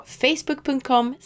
facebook.com